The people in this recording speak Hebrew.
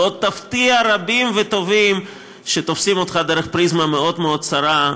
ועוד תפתיע רבים וטובים שתופסים אותך דרך פריזמה מאוד מאוד צרה.